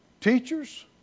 teachers